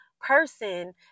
person